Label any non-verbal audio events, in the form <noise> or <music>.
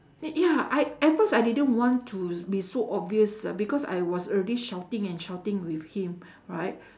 y~ ya I at first I didn't want to be so obvious uh because I was already shouting and shouting with him <breath> right <breath>